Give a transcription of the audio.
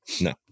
No